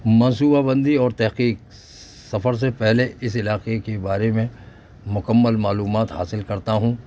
منصوبہ بندی اور تحقیق سفر سے پہلے اس علاقے کے بارے میں مکمل معلومات حاصل کرتا ہوں